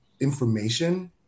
information